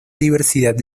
diversidad